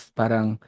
parang